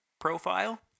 profile